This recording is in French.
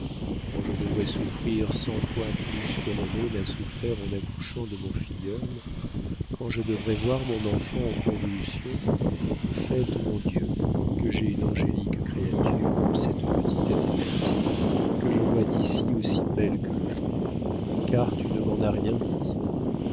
quand je devrais souffrir cent fois plus que renée n'a souffert en accouchant de mon filleul quand je devrais voir mon enfant en convulsions faites mon dieu que j'aie une angélique créature comme cette petite athénaïs que je vois d'ici aussi belle que le jour car tu ne m'en as rien dit